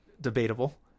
Debatable